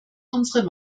unsere